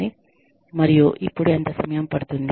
మరియు ఇప్పుడు ఎంత సమయం పడుతుంది